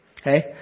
Okay